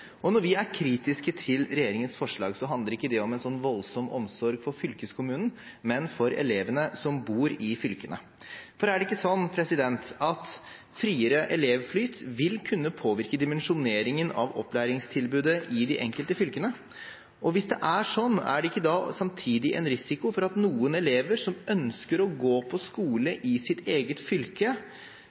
frykter. Når vi er kritiske til regjeringens forslag, handler ikke det om en så voldsom omsorg for fylkeskommunen, men for elevene som bor i fylkene. For er det ikke slik at friere elevflyt vil kunne påvirke dimensjoneringen av opplæringstilbudet i de enkelte fylkene? Og hvis det er slik, er det ikke da samtidig en risiko for at noen elever som ønsker å gå på skole i sitt eget fylke,